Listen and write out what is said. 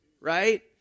right